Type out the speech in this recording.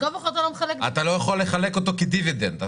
אתה לא יכול לחלק אותו כדיבידנד.